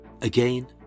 Again